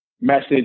message